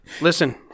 listen